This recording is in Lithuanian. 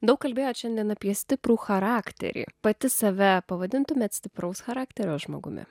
daug kalbėjot šiandien apie stiprų charakterį pati save pavadintumėt stipraus charakterio žmogumi